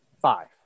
Five